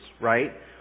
right